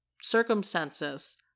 circumstances